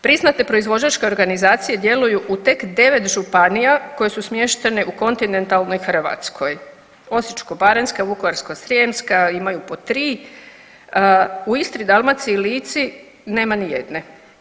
Priznate proizvođačke organizacije djeluju u tek 9 županija koje su smještene u kontinentalnoj Hrvatskoj, Osječko-baranjska, Vukovarsko-srijemska imaju po 3, u Istri, Dalmaciji i Lici nema nijedne.